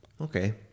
Okay